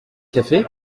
café